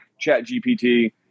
ChatGPT